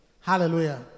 Hallelujah